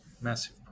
Massive